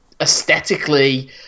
aesthetically